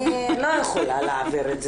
אני לא יכולה להעביר את זה.